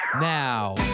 now